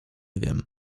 wiem